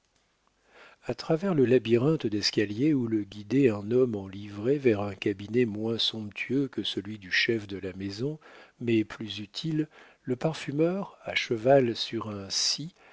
a travers le labyrinthe d'escaliers où le guidait un homme en livrée vers un cabinet moins somptueux que celui du chef de la maison mais plus utile le parfumeur à cheval sur un si